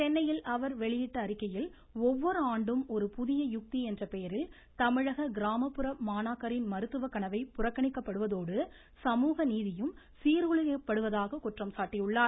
சென்னையில் அவர் வெளியிட்ட அறிக்கையில் ஒவ்வொரு ஆண்டும் ஒரு புதிய யுக்தி என்ற பெயரில் தமிழக கிராமப்புற மாணாக்கரின் மருத்துவக் கனவை புறக்கணிக்கப்படுவதோடு சமூக நீதியும் சீர்குலைக்கப்படுவதாகவும் குற்றம் சாட்டியுள்ளார்